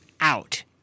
out